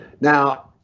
Now